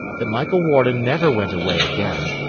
that michael warden never went away again,